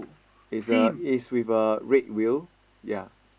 is a is with a red wheel yea